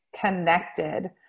connected